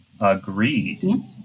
Agreed